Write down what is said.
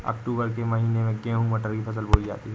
अक्टूबर के महीना में गेहूँ मटर की फसल बोई जाती है